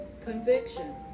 conviction